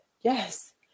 yes